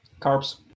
carbs